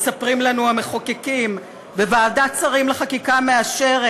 מספרים לנו המחוקקים, וועדת שרים לחקיקה מאשרת,